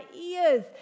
ears